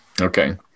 Okay